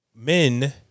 Men